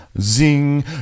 Zing